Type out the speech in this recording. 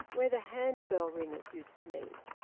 where the hand-bell ringers used to meet.